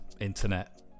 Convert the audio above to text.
internet